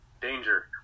Danger